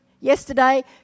yesterday